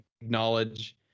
acknowledge